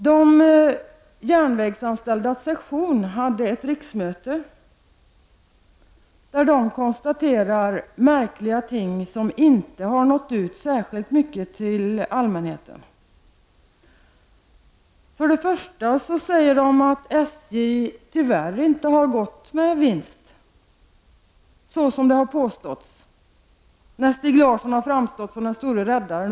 De järnvägsanställdas sektion hade ett möte där det konstaterades märkliga ting som inte har nått ut särskilt mycket till allmänheten. För det första säger man att SJ tyvärr inte har gått med vinst, som det har påståtts. Stig Larsson har framstått som den stora räddaren.